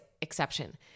exception